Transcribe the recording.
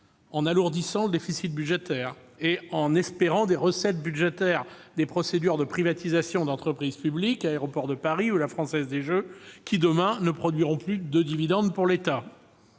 en alourdissant le déficit budgétaire ou en espérant des recettes budgétaires des procédures de privatisation d'entreprises publiques- Aéroports de Paris ou Française des jeux -qui, demain, ne produiront donc plus de dividendes pour l'État.